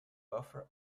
buffer